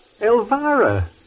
Elvira